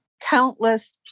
countless